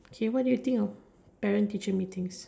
okay what do you think of parent teacher meetings